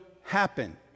happen